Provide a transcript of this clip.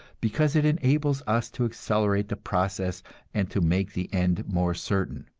because it enables us to accelerate the process and to make the end more certain.